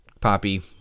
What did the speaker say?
poppy